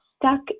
stuck